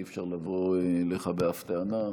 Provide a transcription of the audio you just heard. אי-אפשר לבוא אליך באף טענה,